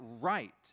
right